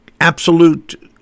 absolute